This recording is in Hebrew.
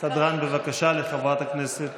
סדרן, בבקשה, לחברת הכנסת